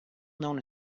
known